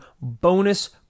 bonus